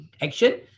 action